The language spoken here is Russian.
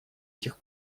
этих